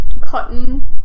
cotton